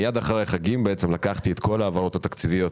מיד אחרי החגים לקחתי את כל ההעברות התקציביות,